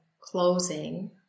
closing